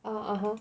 (uh huh)